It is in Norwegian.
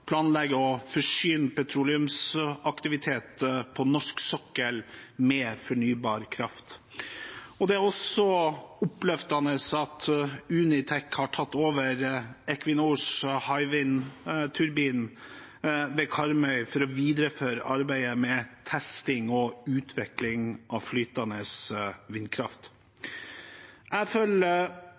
planlegger å forsyne petroleumsaktiviteten på norsk sokkel med fornybar kraft. Det er også oppløftende at Unitech har tatt over Equinors Hywind-turbin ved Karmøy for å videreføre arbeidet med testing og utvikling av flytende vindkraft.